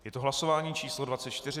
Je to hlasování číslo 24.